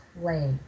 play